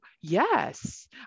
yes